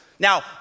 Now